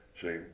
see